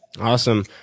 Awesome